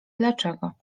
dlaczego